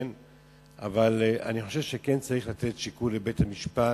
אבל אני חושב שכן צריך לתת שיקול לבית-המשפט,